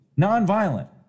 nonviolent